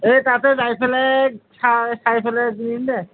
এই তাতে যায় ফেলে চা চাই ফেলে কিনিম দে